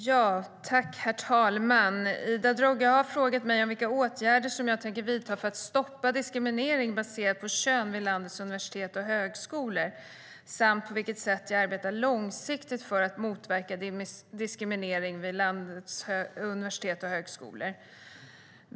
Herr talman! Ida Drougge har frågat mig vilka åtgärder jag tänker vidta för att stoppa diskriminering baserad på kön vid landets universitet och högskolor samt på vilket sätt jag arbetar långsiktigt för att motverka diskriminering vid landets universitet och högskolor.